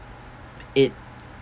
it